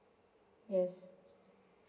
yes